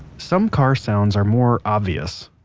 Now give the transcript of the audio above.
some car sounds are more obvious,